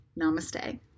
Namaste